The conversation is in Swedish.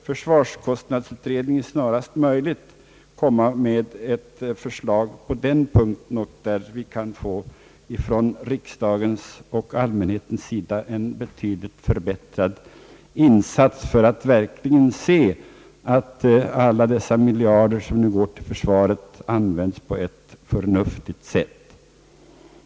Försvarskostnadsutredningen behöver därför snarast möjligt komma med ett förslag på den punkten så att vi här i riksdagen och allmänheten verkligen får se att alla dessa miljarder, som nu går till försvaret, används på ett förnuftigt sätt.